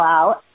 out